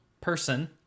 person